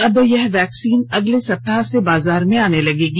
अब यह वैक्सीन अगले सप्तीह से बाजार में आने लगेगी